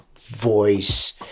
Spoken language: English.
voice